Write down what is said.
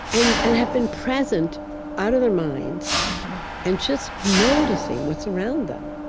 and and have been present out of their minds and just noticing what's around them,